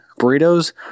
Burritos